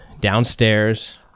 downstairs